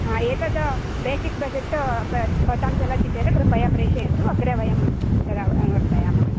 एतद् basic budget भवतां चलति चेत् कृपया प्रेषयन्तु अग्रे वयं तद् अनुवर्तयामः